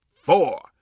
four